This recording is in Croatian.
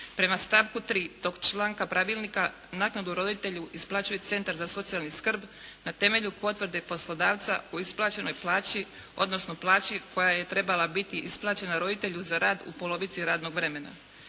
Prema stavku 3. tog članka pravilnika, naknadu roditelju isplaćuje centar za socijalnu skrbi na temelju potvrde poslodavca o isplaćenoj plaći odnosno plaći koja je trebala biti isplaćena roditelju za rad u polovici radnog vremena.